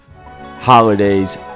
holidays